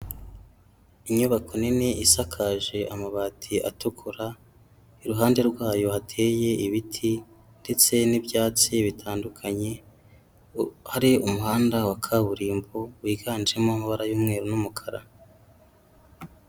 Inyubako nini isakaje amabati atukura, iruhande rwayo hateye ibiti ndetse n'ibyatsi bitandukanye, hari umuhanda wa kaburimbo wiganjemo amabara y'umweru n'umukara.